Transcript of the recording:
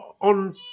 on